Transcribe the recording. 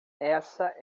essa